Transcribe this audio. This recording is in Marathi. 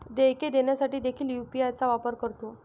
देयके देण्यासाठी देखील यू.पी.आय चा वापर करतो